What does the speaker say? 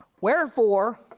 wherefore